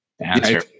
answer